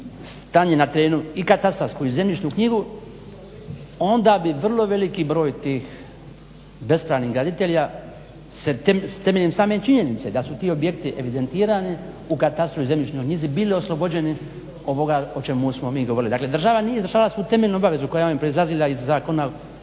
stanje na terenu i katastarsku i zemljišnu knjigu onda bi vrlo veliki broj tih bespravnih graditelja temeljem same činjenice da su ti objekti evidentirani u katastru i zemljišnoj knjizi bili oslobođeni ovoga o čemu smo mi govorili. Dakle država nije izvršavala svoju temeljnu obavezu koja je proizlazila iz Zakona